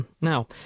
Now